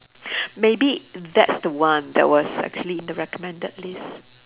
maybe that's the one that was actually in the recommended list